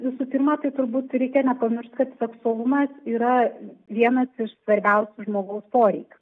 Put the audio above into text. visų pirma tai turbūt reikia nepamiršti kad seksualumas yra vienas iš svarbiausių žmogaus poreikių